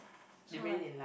so like